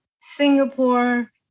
Singapore